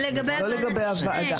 לגבי ועדת המשנה.